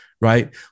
right